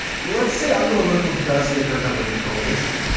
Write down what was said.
let's say angela merkel does get her governing coalition.